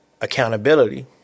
accountability